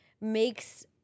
makes